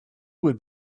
would